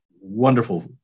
Wonderful